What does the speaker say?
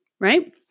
right